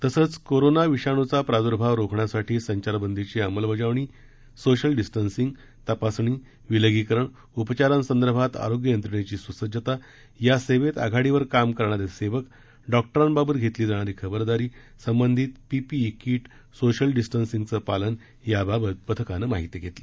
तसेच करोना विषाणूचा प्रादुर्भाव रोखण्यासाठी संचारबंदीची अमलबजावणी सोशल डिस्टन्सिंग तपासणी विलगीकरण उपचारांसंदर्भात आरोग्य यंत्रणेची सूसज्जता या सेवेत आघाडीवर काम करणारे सेवक डॉक्टरांबाबत घेण्यात येणारी खबरदारी संबंधित पीपीई किट सोशल डिस्टन्सिंगचे पालन याबाबत पथकानं माहिती घेतली